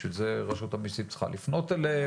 על מנת שיתחיל רשות המיסים צריכה לפנות אליהם,